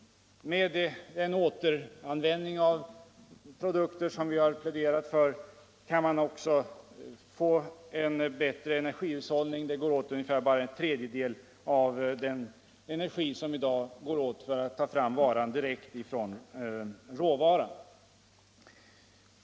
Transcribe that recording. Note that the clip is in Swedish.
Med den återanvändning av produkter som vi har pläderat för kan man också få en bättre energihushållning. För att ta en fram en ny produkt ur gammalt material — dvs. skrot — går det bara åt ungefär en tredjedel av den energi som går åt för att producera samma vara om man i stället startar med råvaror som malm och trä.